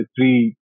three